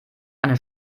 eine